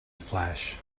flash